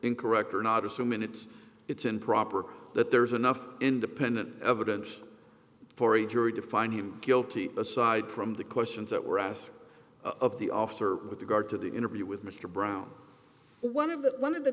incorrect or not assuming that it's improper that there's enough independent evidence for a jury to find him guilty aside from the questions that were us of the officer with regard to the interview with mr brown one of the one of the